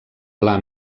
pla